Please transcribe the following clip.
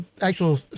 actual